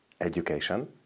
education